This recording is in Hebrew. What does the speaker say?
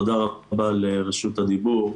תודה רבה על רשות הדיבור.